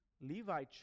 Levi